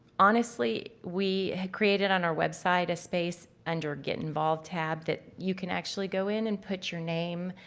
honestly, we created on our website a space under get involved tab that you can actually go in and put your name,